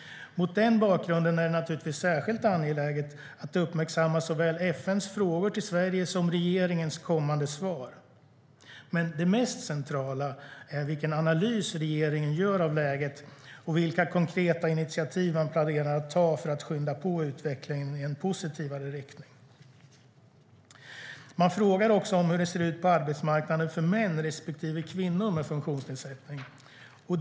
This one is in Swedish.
Mot den bakgrunden är det särskilt angeläget att uppmärksamma såväl FN:s frågor till Sverige som regeringens kommande svar. Det mest centrala är vilken analys regeringen gör av läget och vilka konkreta initiativ man planerar att ta för att skynda på utvecklingen i en positivare riktning." Man frågar också hur det ser ut på arbetsmarknaden för män respektive kvinnor med funktionsnedsättning.